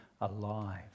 alive